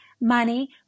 money